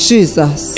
Jesus